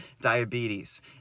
diabetes